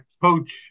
coach